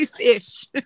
ish